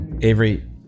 Avery